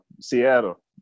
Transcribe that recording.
Seattle